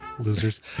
Losers